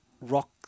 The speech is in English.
rock